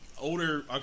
older